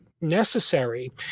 necessary